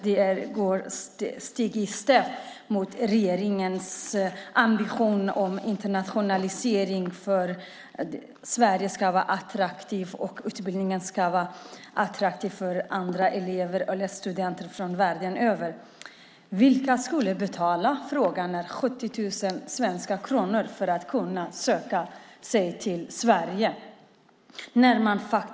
Det går stick i stäv med regeringens ambition om internationalisering, att svensk utbildning ska vara attraktiv för studenter från världen över. Vilka ska betala de 70 000 svenska kronorna för att söka sig till Sverige?